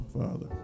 Father